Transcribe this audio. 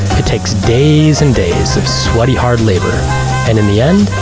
it takes days and days of sweaty hard labor. and in the end,